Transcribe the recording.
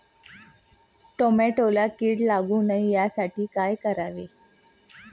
टोमॅटोला कीड लागू नये यासाठी काय करावे?